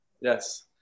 yes